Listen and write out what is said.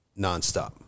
nonstop